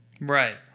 right